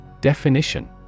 Definition